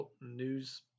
news